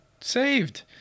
saved